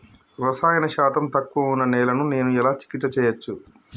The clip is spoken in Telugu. రసాయన శాతం తక్కువ ఉన్న నేలను నేను ఎలా చికిత్స చేయచ్చు?